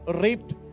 raped